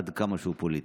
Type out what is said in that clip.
עד כמה שהוא פוליטי.